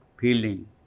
feeling